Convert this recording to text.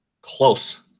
close